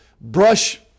brush